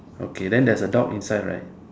okay then there's a dog inside right